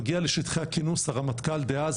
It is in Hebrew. מגיע לשטחי הכינוס הרמטכ"ל דאז,